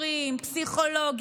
שמענו.